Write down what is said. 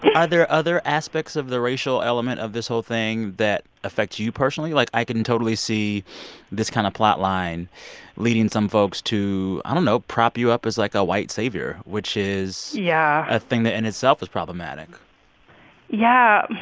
but other other aspects of the racial element of this whole thing that affect you you personally? like, i can totally see this kind of plotline leading some folks to, i don't know, prop you up as, like, a white savior, which is. yeah. a thing that in itself is problematic yeah,